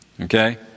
Okay